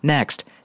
Next